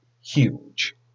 huge